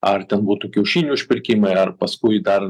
ar ten būtų kiaušinių užpirkimai ar paskui dar